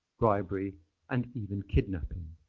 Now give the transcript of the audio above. bribery and even kidnapping.